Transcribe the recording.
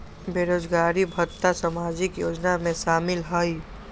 बेरोजगारी भत्ता सामाजिक योजना में शामिल ह ई?